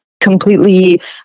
completely